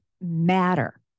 matter